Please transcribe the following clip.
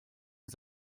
ist